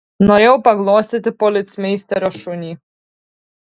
norėjau paglostyti policmeisterio šunį